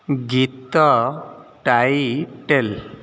ଗୀତ ଟାଇଟେଲ୍